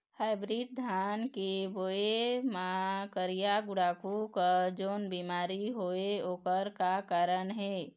Hybrid धान के बायेल मां करिया गुड़ाखू कस जोन बीमारी होएल ओकर का कारण हे?